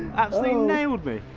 absolutely nailed me!